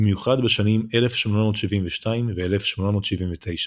במיוחד בשנים 1872 ו-1879,